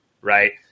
right